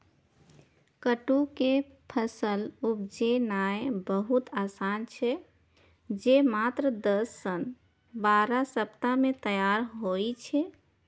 कट्टू के फसल उपजेनाय बहुत आसान छै, जे मात्र दस सं बारह सप्ताह मे तैयार होइ छै